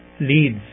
leads